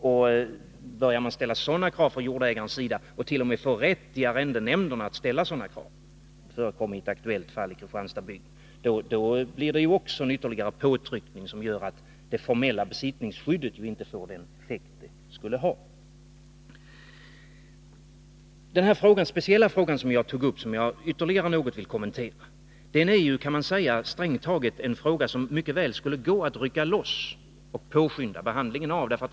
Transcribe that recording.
Börjar jordägaren ställa sådana krav när det gäller investeringar och arrendenämnderna t.o.m. ger honom rätt att göra det — det förekom i ett aktuellt fall i Kristianstadsbygden — innebär det en ytterligare påtryckning som gör att det formella besittningsskyddet inte får den effekt som det skulle ha. Den speciella fråga som jag har tagit upp och som jag ytterligare vill kommentera något är strängt taget en fråga som det mycket väl skulle gå att rycka loss och påskynda behandlingen av.